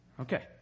Okay